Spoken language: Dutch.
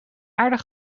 aardig